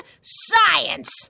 science